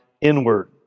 inward